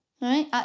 right